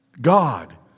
God